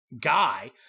guy